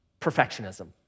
perfectionism